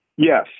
Yes